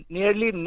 Nearly